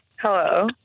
Hello